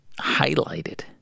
highlighted